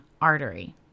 artery